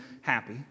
happy